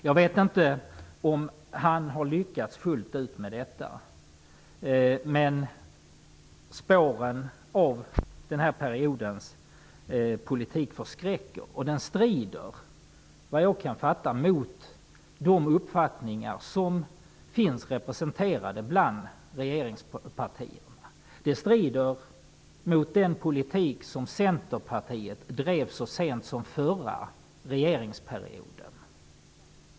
Jag vet inte om han har lyckats helt med detta, men spåren av den här periodens politik förskräcker. En sådan näringspolitik strider enligt vad jag kan förstå mot uppfattningar som finns representerade bland regeringspartierna. Den strider t.ex. mot den politik som Centerpartiet bedrev så sent som förra regeringsperioden.